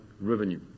revenue